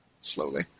slowly